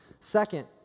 Second